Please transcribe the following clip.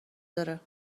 داره